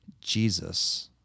Jesus